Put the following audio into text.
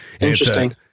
Interesting